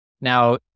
now